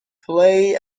play